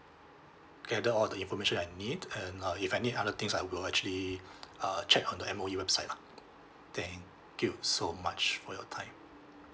gather all the information I need and uh if I need other things I will actually uh check on the M_O_E website lah thank you so much for your time